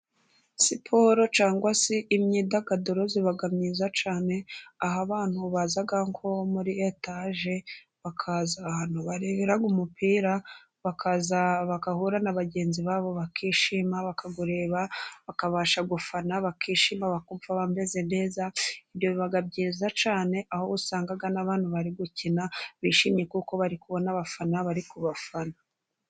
Siporo cyangwa se imyidagaduro iba myiza cyane, aho abantu baza nko muri etaje bakaza ahantu barebera umupira bakaza bagahura na bagenzi babo bakishima, bakawureba bakabasha gufana bakishima bakumva bameze neza. Ibyo biba byiza cyane aho usanga n'abantu bari gukina bishimye, kuko bari kubona abafana bari ku bafana.